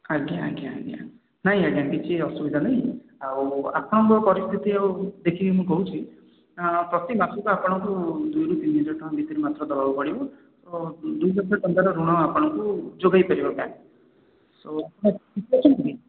ଆଜ୍ଞା ଆଜ୍ଞା ଆଜ୍ଞା ନାହିଁ ଆଜ୍ଞା କିଛି ଅସୁବିଧା ନାହିଁ ଆଉ ଆପଣଙ୍କ ପରିସ୍ଥିତି ଆଉ ଦେଖିକି ମୁଁ କହୁଛି ପ୍ରତି ମାସକୁ ଆପଣଙ୍କୁ ଦୁଇରୁ ତିନି ହଜାର ଟଙ୍କା ଭିତରେ ମାତ୍ର ଦେବାକୁ ପଡ଼ିବ ଆଉ ଦୁଇ ଲକ୍ଷ ଟଙ୍କାର ଋଣ ଆପଣଙ୍କୁ ଯୋଗାଇ ପାରିବ ବ୍ୟାଙ୍କ ସୋ ଆପଣ ଅଛନ୍ତି କି